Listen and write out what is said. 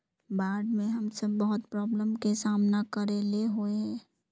बाढ में हम सब बहुत प्रॉब्लम के सामना करे ले होय है?